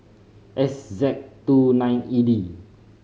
S Z two nine E D